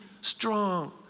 strong